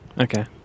Okay